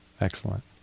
Excellent